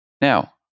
Now